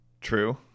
True